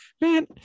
man